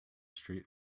street